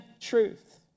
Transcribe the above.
truth